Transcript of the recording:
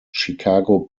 chicago